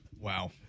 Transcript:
Wow